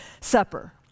Supper